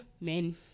men